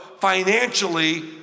financially